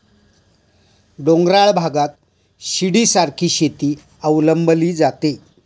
डोंगराळ भागात शिडीसारखी शेती अवलंबली जाते